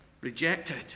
rejected